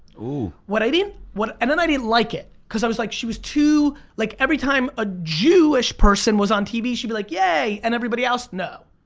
what i didn't and then i didn't like it cause i was like she was too, like every time a jewish person was on tv, she'd be like yay and everybody else no.